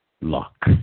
luck